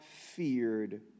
feared